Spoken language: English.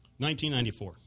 1994